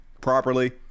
properly